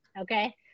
okay